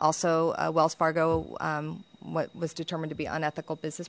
also wells fargo what was determined to be unethical business